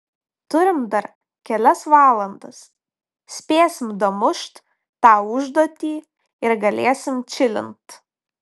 turim dar kelias valandas spėsim damušt tą užduotį ir galėsim čilint